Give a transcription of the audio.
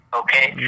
okay